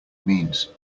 means